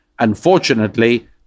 Unfortunately